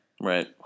Right